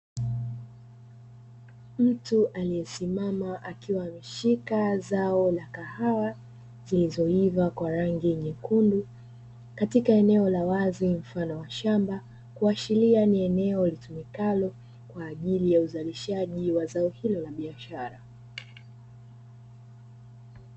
Mtu amesimama akiwa ameshika zao la kahawa zilizo iva kwa rangi nyekundu katika eneo la wazi mfano wa shamba, kuashiria ni eneo litumikalo kwa ajili ya uzalishaji wa zao hilo la biashara.